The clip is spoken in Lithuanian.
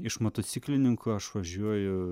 iš motociklininkų aš važiuoju